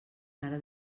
cara